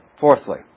Fourthly